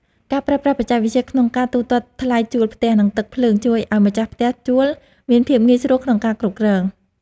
ការប្រើប្រាស់បច្ចេកវិទ្យាក្នុងការទូទាត់ថ្លៃឈ្នួលផ្ទះ និងទឹកភ្លើងជួយឱ្យម្ចាស់ផ្ទះជួលមានភាពងាយស្រួលក្នុងការគ្រប់គ្រង។